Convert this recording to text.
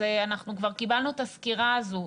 כבר קיבלנו את הסקירה הזאת.